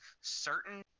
certain